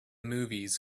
movies